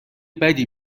بدی